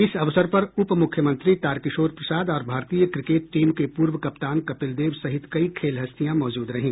इस अवसर पर उपमुख्यमंत्री तारकिशोर प्रसाद और भारतीय क्रिकेट टीम के पूर्व कप्तान कपिल देव सहित कई खेल हस्तियां मौजूद रहीं